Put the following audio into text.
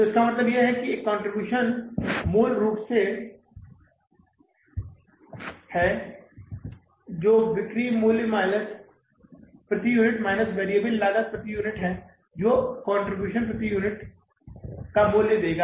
तो इसका मतलब है कि एक कंट्रीब्यूशन मूल रूप से है जो बिक्री मूल्य प्रति यूनिट माइनस वैरिएबल लागत प्रति यूनिट है जो आपको कंट्रीब्यूशन प्रति यूनिट का मूल्य देगा